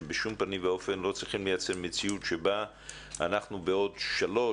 שבשום פנים ואופן לא צריכים לייצר מציאות שבה אנחנו בעוד שלוש,